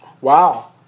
Wow